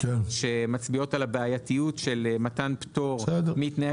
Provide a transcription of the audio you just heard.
שמצביעות על בעייתיות של מתן פטור מתנאי